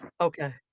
okay